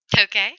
okay